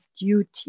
duty